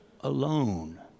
alone